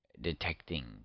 detecting